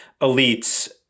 elites